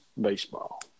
Baseball